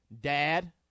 Dad